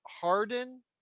Harden